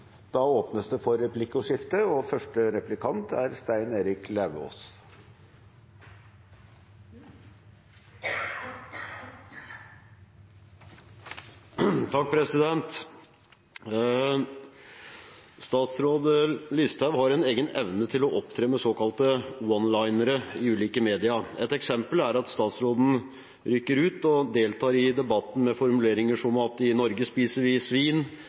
Det blir replikkordskifte. Statsråd Listhaug har en egen evne til å opptre med såkalte one-linere i ulike medier. Ett eksempel er at statsråden rykker ut og deltar i debatten med formuleringer som at vi i Norge spiser svin,